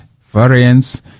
variance